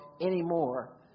anymore